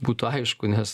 būtų aišku nes